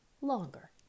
longer